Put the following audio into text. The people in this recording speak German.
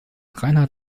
reinhard